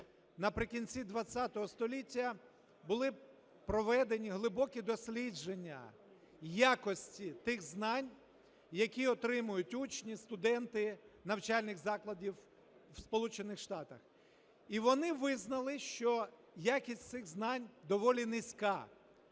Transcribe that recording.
наприкінці ХХ століття були проведені глибокі дослідження якості тих знань, які отримують учні, студенти навчальних закладів в Сполучених Штатах. І вони визнали, що якість цих знань доволі низька.